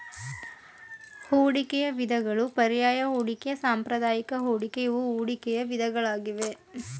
ಹೂಡಿಕೆಯ ವಿಧಗಳು ಪರ್ಯಾಯ ಹೂಡಿಕೆ, ಸಾಂಪ್ರದಾಯಿಕ ಹೂಡಿಕೆ ಇವು ಹೂಡಿಕೆಯ ವಿಧಗಳಾಗಿವೆ